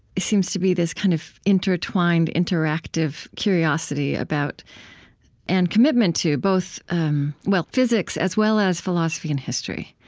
seems to be this kind of intertwined, interactive curiosity about and commitment to both well, physics as well as philosophy and history.